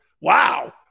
Wow